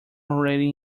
already